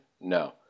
No